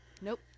Nope